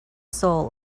soul